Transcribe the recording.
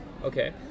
Okay